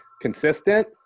consistent